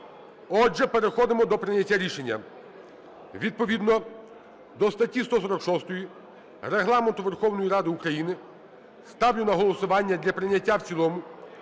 Отже, переходимо до прийняття рішення. Відповідно до статті 146 Регламенту Верховної Ради України ставлю на голосування для прийняття в цілому